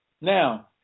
Now